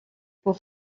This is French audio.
pour